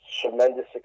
tremendous